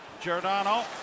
Giordano